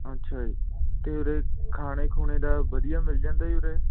ਅੱਛਾ ਜੀ ਅਤੇ ਉਰੇ ਖਾਣੇ ਖੁਣੇ ਦਾ ਵਧੀਆ ਮਿਲ ਜਾਂਦਾ ਜੀ ਉਰੇ